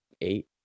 eight